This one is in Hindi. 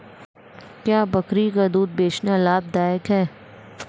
क्या बकरी का दूध बेचना लाभदायक है?